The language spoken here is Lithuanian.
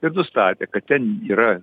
ir nustatė kad ten yra